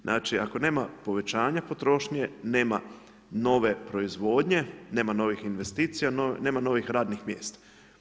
Znači ako nema povećanja potrošnje, nema nove proizvodnje, nema novih investicija, nema novih radnih mjesta.